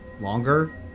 longer